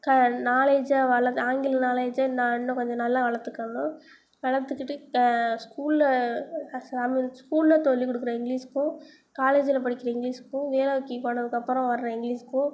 க நாலேட்ஜை வள ஆங்கில நாலேட்ஜை நா இன்னும் கொஞ்சம் நல்லா வளர்த்துக்கணும் வளர்த்துக்கிட்டு ஸ்கூலில் ஸ்கூலில் சொல்லிக் கொடுக்கற இங்கிலீஸ்க்கும் காலேஜில் படிக்கிற இங்கிலீஷுக்கும் வேலைக்கு போனதுக்கப்புறம் வர்ற இங்கிலீஷுக்கும்